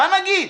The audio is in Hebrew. מה נגיד?